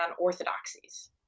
orthodoxies